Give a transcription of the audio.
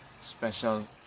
special